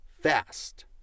fast